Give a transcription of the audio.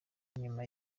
inyuma